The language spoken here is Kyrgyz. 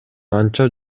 анча